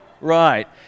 right